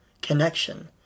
connection